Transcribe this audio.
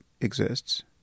exists